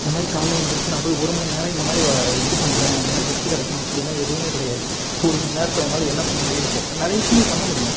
இந்த மாதிரி காலையில் எந்துரிச்சு நான் போய் ஒரு மணி நேரம் இந்த மாதிரி இது பண்ணுறேன் எனக்கு சக்தி கிடைக்கும் அப்படிலாம் எதுவும் கிடையாது ஒரு மணி நேரத்தில் உன்னால் என்ன பண்ண முடியும்னு கேட்டால் நிறைய விஷயங்கள் பண்ண முடியும்